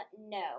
No